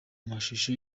mashusho